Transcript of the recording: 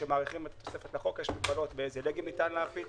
כשמאריכים את התוספת לחוק יש מגבלות באיזה דגם ניתן להפיץ